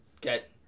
get